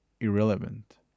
irrelevant